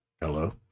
Hello